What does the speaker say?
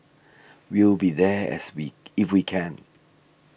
we'll be there as we if we can